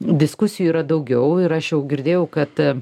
diskusijų yra daugiau ir aš jau girdėjau kad